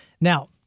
Now